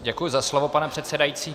Děkuji za slovo, pane předsedající.